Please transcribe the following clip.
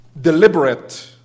deliberate